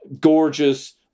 gorgeous